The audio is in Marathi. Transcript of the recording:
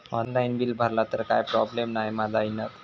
ऑनलाइन बिल भरला तर काय प्रोब्लेम नाय मा जाईनत?